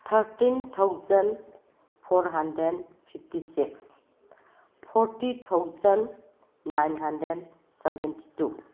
thirteen thousand four hundred fifty six forty thousand nine hundred seventy two